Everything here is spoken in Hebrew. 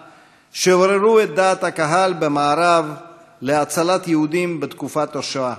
שעוררו את דעת הקהל במערב להצלת יהודים בתקופת השואה: